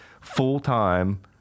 full-time